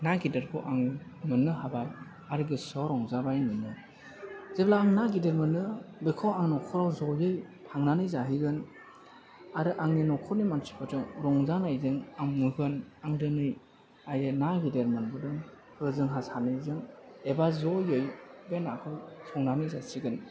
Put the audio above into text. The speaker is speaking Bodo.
ना गिदिरखौ आङो मोन्नो हाबाय आरो गोसोआव रंजाबाय मोनो जेब्ला आं ना गिदिरमोनो बेखौ आं न'खरआव ज'यै थांनानै जाहैगोन आरो आंनि न'खरनि मानसिफोरजों रंजानायजों आं मुगोन आं दोनै आयै ना गिदिर मोनबोदों ओ जोंहा सानैजों एबा ज'यै बे नाखौ संनानै जासिगोन